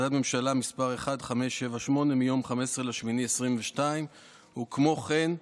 מ/ 1578, מיום 15 באוגוסט 2022. כמו כן,